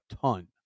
ton